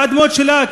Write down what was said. והאדמות שלה,